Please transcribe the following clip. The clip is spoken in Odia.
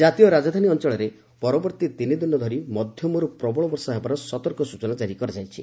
ଜାତୀୟ ରାଜଧାନୀ ଅଞ୍ଚଳରେ ପରବର୍ତ୍ତୀ ତିନିଦିନ ଧରି ମଧ୍ୟମରୁ ପ୍ରବଳ ବର୍ଷା ହେବାର ସତର୍କ ସୂଚନା ଜାରି କରାଯାଇଛି